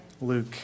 Luke